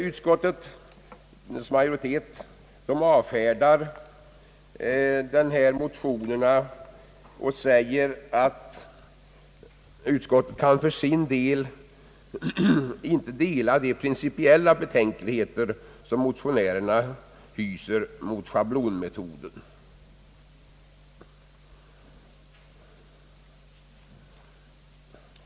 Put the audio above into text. Utskottsmajoriteten avfärdar motionerna genom att säga att utskottet för sin del inte kan dela de principiella betänkligheter, som motionärerna hyser mot schablonmetoden.